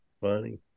Funny